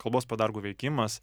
kalbos padargų veikimas